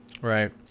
Right